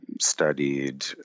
studied